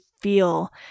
feel